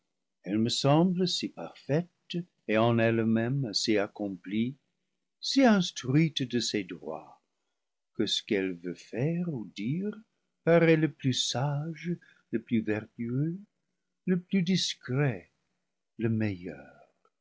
elle me semble si parfaite et en elle-même si accomplie si instruite de ses droits que ce qu'elle veut faire ou dire paraît le plus sage le plus vertueux le plus discret le meilleur